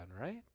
right